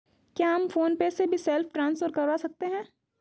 क्या हम PhonePe से भी सेल्फ ट्रांसफर करवा सकते हैं?